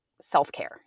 self-care